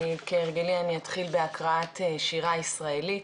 כהרגלי אני אתחיל בהקראת שירה ישראלית.